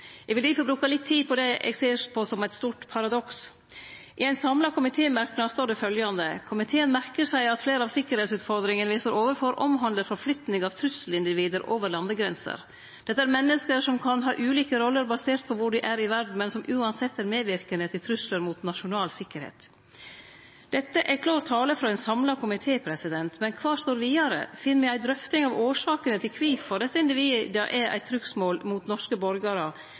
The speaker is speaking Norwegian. Eg vil difor bruke litt tid på det eg ser på som eit stort paradoks. I ein samla komitémerknad står det følgjande: «Komiteen merker seg at flere av sikkerhetsutfordringene vi står overfor omhandler forflytning av trusselindivider over landegrenser. Dette er mennesker som kan ha ulike roller basert på hvor de er i verden, men som uansett er medvirkende til trusler mot nasjonal sikkerhet.» Dette er klar tale frå ein samla komité. Men kva står vidare? Finn me ei drøfting av årsakene til kvifor desse individa er eit trugsmål mot norske borgarar